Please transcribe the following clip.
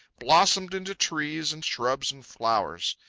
blossomed into trees and shrubs and flowers.